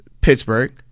Pittsburgh